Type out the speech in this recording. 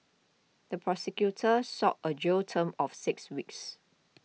the prosecutor sought a jail term of six weeks